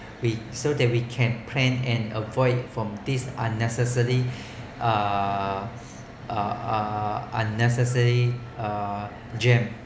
we so that we can plan and avoid from these unnecessary uh uh unnecessary uh jam